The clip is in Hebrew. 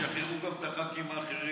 תשחררו גם את הח"כים האחרים.